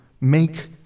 make